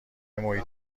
محیط